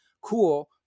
Cool